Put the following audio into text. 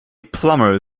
plumber